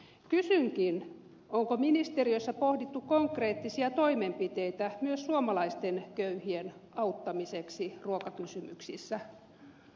kysynkin onko ministeriössä pohdittu konkreettisia toimenpiteitä myös suomalaisten köyhien auttamiseksi ruokakysymyksissä